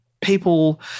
people